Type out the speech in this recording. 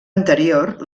anterior